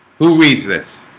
who reads this?